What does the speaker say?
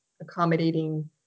accommodating